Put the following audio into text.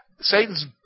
Satan's